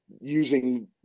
using